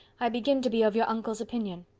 i begin to be of your uncle's opinion.